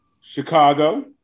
Chicago